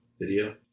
video